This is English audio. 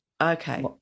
okay